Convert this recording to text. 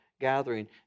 gathering